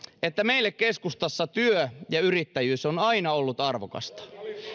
että meille keskustassa työ ja yrittäjyys on aina ollut arvokasta